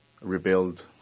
rebuild